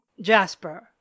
Jasper